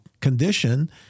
condition